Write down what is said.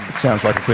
sounds like